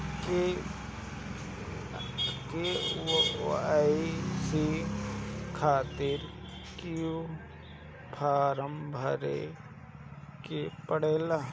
KYC खातिर क्यूं form भरे के पड़ेला?